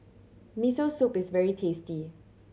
Miso Soup is very tasty